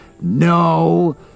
No